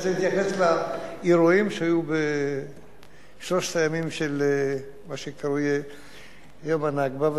שאני צריך להתייחס לאירועים שהיו בשלושת הימים של מה שקרוי "יום הנכבה",